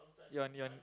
you want you want